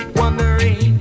wondering